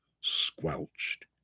squelched